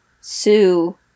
Sue